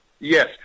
Yes